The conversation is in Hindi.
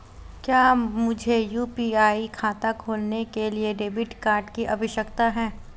क्या मुझे यू.पी.आई खाता खोलने के लिए डेबिट कार्ड की आवश्यकता है?